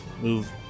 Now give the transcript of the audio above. move